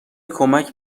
کمک